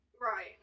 Right